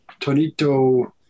Tonito